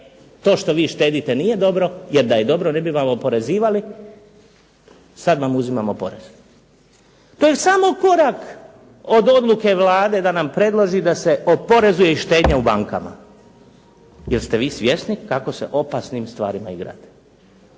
to što vi štedite nije dobro jer da je dobro ne bi vam oporezivali, sada vam uzimamo porez. To je samo korak od odluke Vlade da nam se oporezuje štednja u bankama. Jeste li svjesni kakvim se opasnim stvarima igrate.